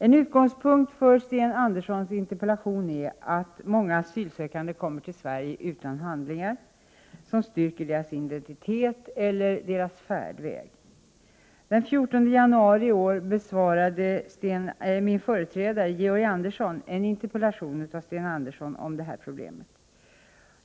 En utgångspunkt för Sten Anderssons interpellation är att många asylsökande kommer till Sverige utan handlingar som styrker deras identitet eller färdväg. Den 14 januari i år besvarade min företrädare Georg Andersson en interpellation av Sten Andersson om detta problem.